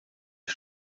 die